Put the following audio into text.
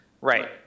Right